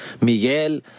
miguel